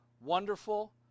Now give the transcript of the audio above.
wonderful